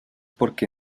porque